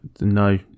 No